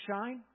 shine